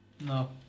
No